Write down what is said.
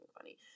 funny